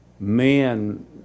men